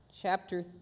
chapter